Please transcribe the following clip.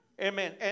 Amen